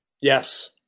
Yes